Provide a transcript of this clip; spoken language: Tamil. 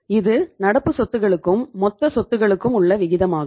இது நடப்பு சொத்துகளுக்கும் மொத்த சொத்துகளளுக்கும் உள்ள விகிதமாகும்